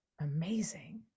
amazing